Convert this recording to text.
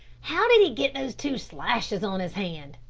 how did he get those two slashes on his hand?